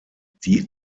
die